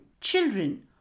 Children